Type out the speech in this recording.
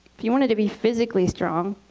if you wanted to be physically strong,